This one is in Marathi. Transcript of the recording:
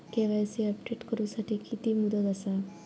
के.वाय.सी अपडेट करू साठी किती मुदत आसा?